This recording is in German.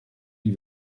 die